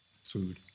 food